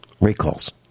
Recalls